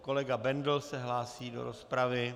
Kolega Bendl se hlásí do rozpravy.